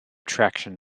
traction